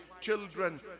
children